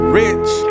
rich